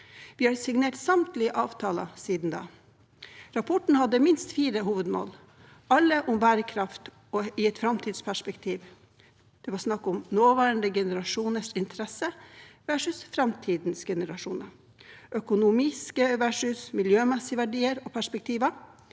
Vi har signert samtlige avtaler siden da. Rapporten hadde minst fire hovedmål, alle om bærekraft i et framtidsperspektiv. Det var snakk om nåværende generasjoners interesser versus framtidens generasjoners, økonomiske versus miljømessige verdier og perspektiver,